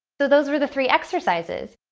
so those were the three exercises.